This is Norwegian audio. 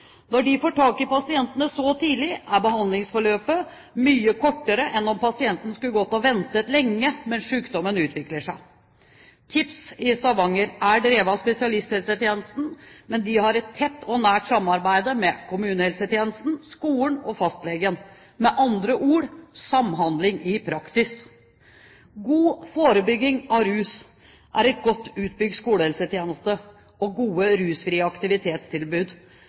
Når de får tak i pasientene så tidlig, er behandlingsforløpet mye kortere enn om pasienten skulle gått og ventet lenge, mens sykdommen utviklet seg. TIPS i Stavanger er drevet av spesialisthelsetjenesten, men de har et tett og nært samarbeid med kommunehelsetjenesten, skolen og fastlegen. Med andre ord – samhandling i praksis. God forebygging av rus er en godt utbygd skolehelsetjeneste, gode rusfrie aktivitetstilbud